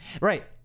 Right